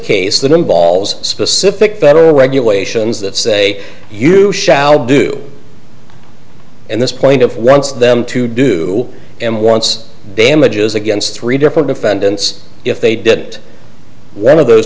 case that involves specific federal regulations that say you shall do and this point of wants them to do them once damages against three different defendants if they did it one of those